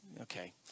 okay